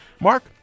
Mark